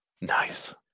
Nice